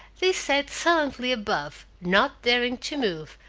they sat silently above, not daring to move,